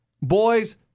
Boys